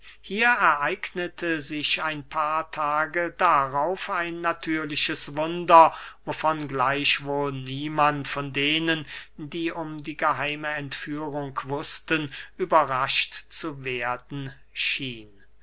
hier ereignete sich ein paar tage darauf ein natürliches wunder wovon gleichwohl niemand von denen die um die geheime entführung wußten überrascht zu werden schien